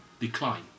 decline